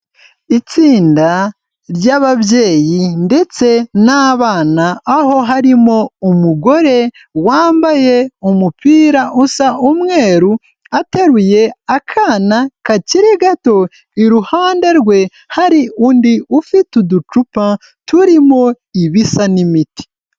Itsinda ry'ababyeyi ndetse n'abana, aho harimo umugore wambaye umupira usa umweru ateruye akana kakiri gato, iruhande rwe hari undi ufite uducupa turimo ibisa n'imiti.